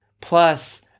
Plus